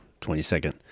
22nd